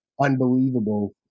unbelievable